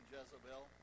Jezebel